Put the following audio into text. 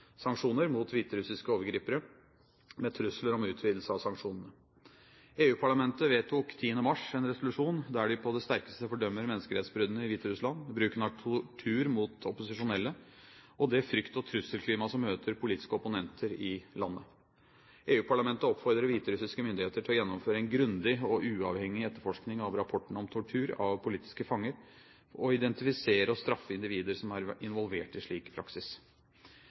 sanksjoner mot hviterussiske overgripere, med trusler om utvidelse av sanksjonene. EU-parlamentet vedtok 10. mars en resolusjon, der de på det sterkeste fordømmer menneskerettighetsbruddene i Hviterussland, bruken av tortur mot opposisjonelle og det frykt- og trusselklimaet som møter politiske opponenter i landet. EU-parlamentet oppfordrer hviterussiske myndigheter til å gjennomføre en grundig og uavhengig etterforskning av rapportene om tortur av politiske fanger og identifisere og straffe individer som er involvert i slik praksis.